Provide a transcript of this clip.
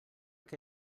què